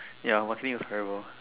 ya what thing is forever